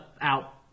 out